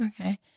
okay